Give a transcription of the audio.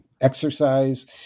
exercise